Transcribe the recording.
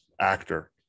actor